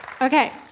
Okay